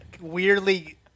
weirdly